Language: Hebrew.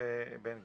ובן גביר.